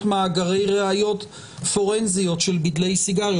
מאגרי ראיות פורנזיות של בדלי סיגריות.